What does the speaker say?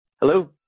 Hello